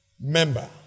member